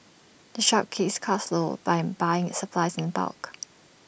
the shop keeps its costs low by buying supplies in bulk